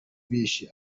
bishe